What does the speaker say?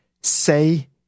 say